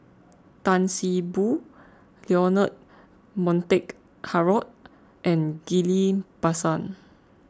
Tan See Boo Leonard Montague Harrod and Ghillie Basan